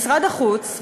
משרד החוץ,